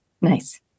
Nice